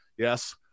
Yes